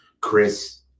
Chris